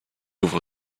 ouvre